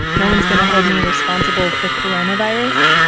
no one's going to hold me responsible for coronavirus?